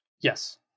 Yes